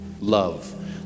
love